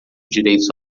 direitos